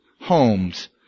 homes